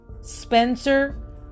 Spencer